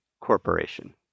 Corporation